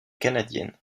canadienne